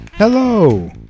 Hello